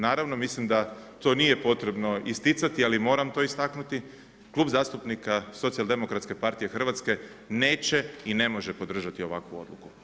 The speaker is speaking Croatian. Naravno mislim da to nije potrebno isticati, ali moram to istaknuti klub zastupnika Socijaldemokratske partije Hrvatske neće i ne može podržati ovakvu odluku.